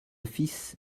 fils